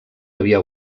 havia